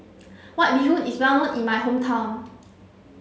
White Bee Hoon is well known in my hometown